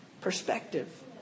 perspective